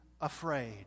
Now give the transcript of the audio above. afraid